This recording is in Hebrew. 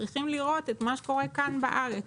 אנחנו צריכים לראות את מה שקורה כאן בארץ.